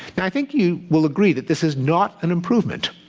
and i think you will agree that this is not an improvement.